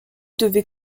devait